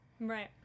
Right